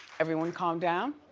everyone calm down.